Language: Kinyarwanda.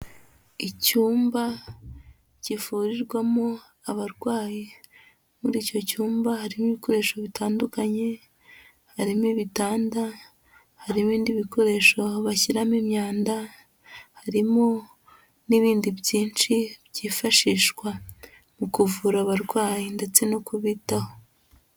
Icyumba kivurirwamo abarwayi, muri icyo cyumba harimo ibikoresho bitandukanye, harimo ibitanda, harimo ibindi bikoresho bashyiramo imyanda, harimo n'ibindi byinshi byifashishwa mu kuvura abarwayi ndetse no kubitaho.